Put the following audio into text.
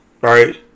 right